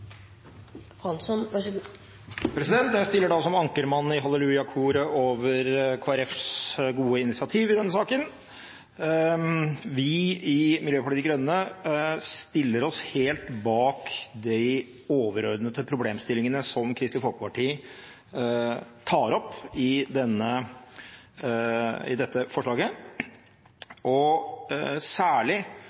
Jeg stiller da som ankermann i hallelujakoret over Kristelig Folkepartis gode initiativ i denne saken. Vi i Miljøpartiet De Grønne stiller oss helt bak de overordnede problemstillingene som Kristelig Folkeparti tar opp i dette forslaget, og særlig